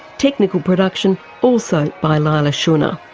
technical production also by leila shunnar.